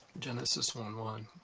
genesis one one.